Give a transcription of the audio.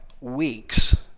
weeks